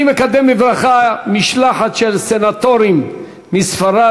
אני מקדם בברכה משלחת של סנטורים מספרד,